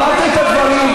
אמרת את הדברים.